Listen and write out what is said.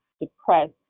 depressed